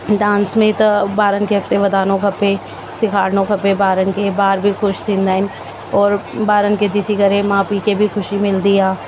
dance में त ॿारनि खे अॻिते वधाइणो खपे सेखारिणो खपे ॿारनि खे ॿार बि ख़ुशि थींदा आहिनि और ॿारनि खे डिसी करे माउ पीउ खे बि ख़ुशी मिलिदी आहे